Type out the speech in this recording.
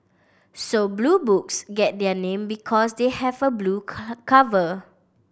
so Blue Books get their name because they have a blue cover